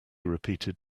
repeated